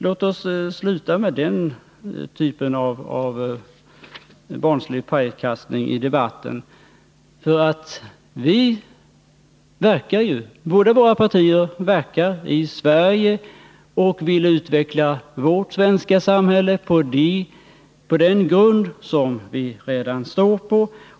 Låt oss sluta med den typen av barnslig pajkastning i debatten. Båda våra partier verkar ju i Sverige och vill utveckla vårt svenska samhälle på den grund som vi redan står på.